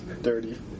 Dirty